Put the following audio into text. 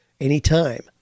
anytime